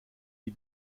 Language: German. die